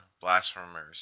blasphemers